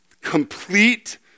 Complete